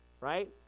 Right